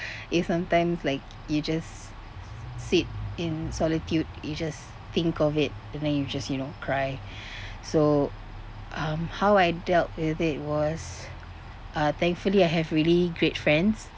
if sometimes like you just seat in solitude you just think of it and then you just you know cry so um how I dealt with it was uh thankfully I have really great friends